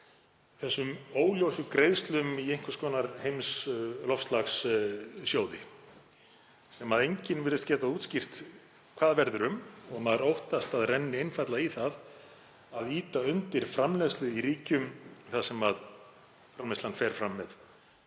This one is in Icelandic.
þessum óljósu greiðslum í einhvers konar heimsloftslagssjóði sem enginn virðist geta útskýrt hvað verður um og maður óttast að renni einfaldlega í það að ýta undir framleiðslu í ríkjum þar sem hún fer fram með